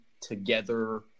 together